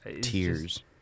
Tears